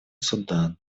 судан